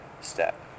step